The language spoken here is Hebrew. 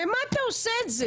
למה אתה עושה את זה?